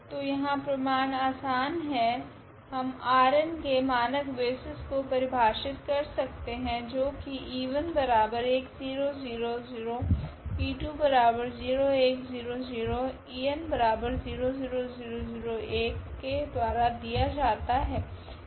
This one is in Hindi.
तो यहाँ प्रमाण आसान है हम Rn के मानक बेसिस को परिभाषित कर सकते है जो कि e1 10 0 e2 010 0 en 00 1 के द्वारा दिया जाता है